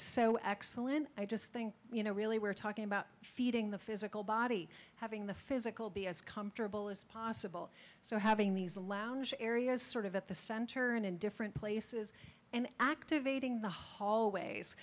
so excellent i just think you know really we're talking about feeding the physical body having the physical be as comfortable as possible so having these a lounge area is sort of at the center and in different places and activating the hallways